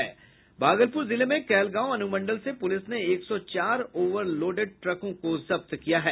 भागलपुर जिले मे कहलगांव अनुमंडल से पुलिस ने एक सौ चार ओवरलोडेड ट्रकों को जब्त किया है